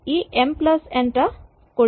ই এম প্লাচ এন টা কৰিব